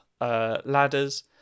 ladders